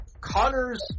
Connor's